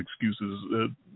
excuses